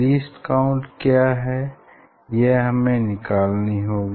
least count क्या है यह हमें निकालनी होगी